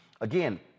Again